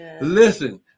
listen